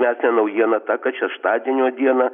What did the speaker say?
net ne naujiena ta kad šeštadienio dieną